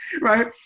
Right